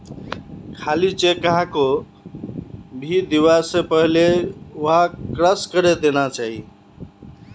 खाली चेक कहाको भी दीबा स पहले वहाक क्रॉस करे देना चाहिए